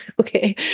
okay